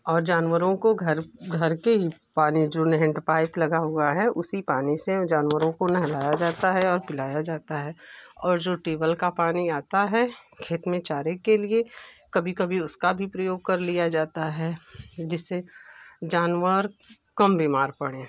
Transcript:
और जानवरों को घर घर के ही पानी जो हैन्ड पाइप लगा हुआ है उसी पानी से जानवरों को नहलाया जाता है और पिलाया जाता है और जो टेबल का पानी आता है खेत में चारे के लिए कभी कभी उसका भी प्रयोग कर लिया जाता है जिससे जानवर कम बीमार पड़ें